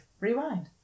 Rewind